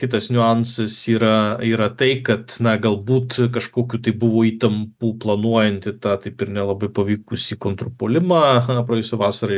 kitas niuansas yra yra tai kad na galbūt kažkokių tai buvo įtampų planuojant tą taip ir nelabai pavykusį kontrpuolimą aha praėjusią vasarą